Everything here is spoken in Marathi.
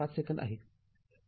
५ सेकंद आहे